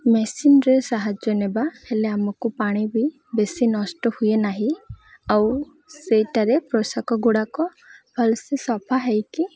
ମେସିନ୍ରେ ସାହାଯ୍ୟ ନେବା ହେଲେ ଆମକୁ ପାଣି ବି ବେଶୀ ନଷ୍ଟ ହୁଏ ନାହିଁ ଆଉ ସେଇଟାରେ ପୋଷାକଗୁଡ଼ାକ ଭଲ୍ସେ ସଫା ହୋଇକି